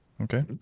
Okay